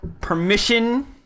permission